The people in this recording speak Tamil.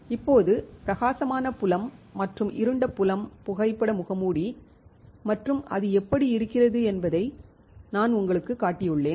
இப்போது பிரகாசமான புலம் மற்றும் இருண்ட புலம் புகைப்பட முகமூடி மற்றும் அது எப்படி இருக்கிறது என்பதை நான் உங்களுக்குக் காட்டியுள்ளேன்